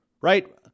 right